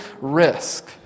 risk